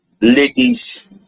ladies